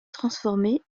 transformés